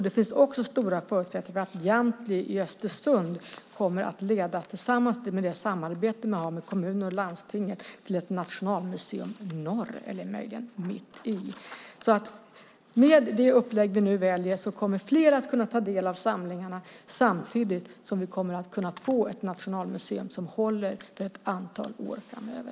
Det finns också stora förutsättningar för att Jamtli i Östersund, med det samarbete man har med kommuner och landstingen, kommer att leda till ett nationalmuseum norr eller möjligen mitt i. Med det upplägg vi nu väljer kommer fler att kunna ta del av samlingarna samtidigt som vi kommer att kunna få ett nationalmuseum som håller ett antal år framöver.